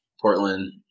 Portland